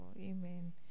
Amen